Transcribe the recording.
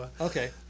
Okay